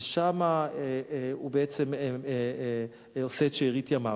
ושם הוא בעצם עושה את שארית ימיו.